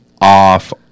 off